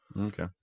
Okay